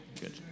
Good